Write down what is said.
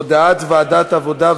הודעת ועדת העבודה,